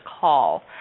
call